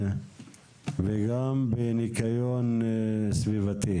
ובניקיון סביבתי.